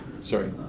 sorry